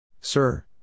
Sir